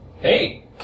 Hey